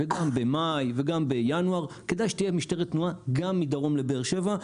מאי וינואר כדאי שתהיה משטרת תנועה גם מדרום לבאר שבע.